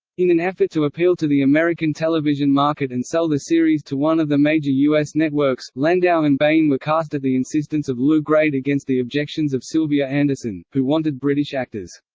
in an effort to appeal to the american television market and sell the series to one of the major u s. networks, landau and bain were cast at the insistence of lew grade against the objections of sylvia anderson, who wanted british actors.